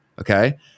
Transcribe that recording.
okay